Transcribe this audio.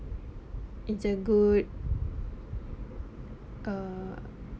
is a good err